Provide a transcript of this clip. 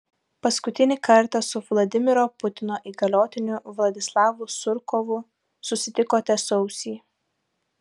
paskutinį kartą su vladimiro putino įgaliotiniu vladislavu surkovu susitikote sausį